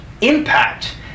impact